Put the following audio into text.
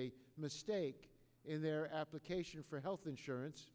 a mistake in their application for health insurance